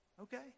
Okay